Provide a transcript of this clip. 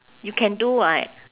you can do right